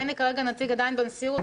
אין לי כרגע נציג עדיין בנשיאות,